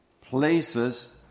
places